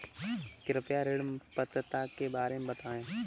कृपया ऋण पात्रता के बारे में बताएँ?